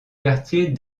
quartiers